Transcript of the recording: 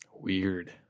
Weird